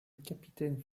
capitaine